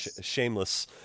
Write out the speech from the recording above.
shameless